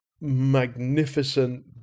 magnificent